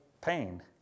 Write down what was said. pain